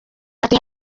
ati